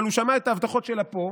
אבל הוא שמע את ההבטחות שלה פה,